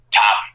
top